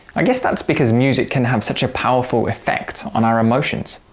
i guess that's because music can have such a powerful effect on our emotions.